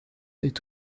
est